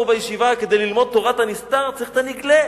כדי ללמוד את תורת הנסתר צריך את הנגלה.